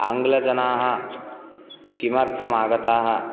आङ्ग्लजनाः किमर्थम् आगताः